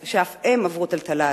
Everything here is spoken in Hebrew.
ואף הם עברו טלטלה עזה,